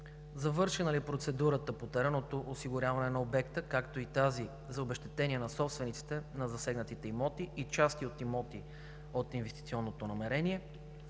Завършена ли е процедурата по теренното осигуряване на обекта, както и тази за обезщетение на собствениците на засегнатите имоти и части от имоти от инвестиционното намерение?